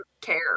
care